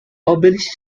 obelisk